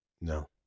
No